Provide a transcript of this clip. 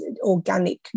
organic